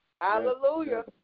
Hallelujah